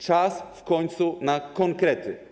Czas w końcu na konkrety.